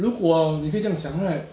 如果你可以这样想 right